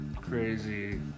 crazy